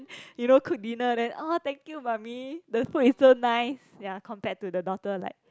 you know cook dinner then orh thank you mummy the food is so nice ya compared to the daughter like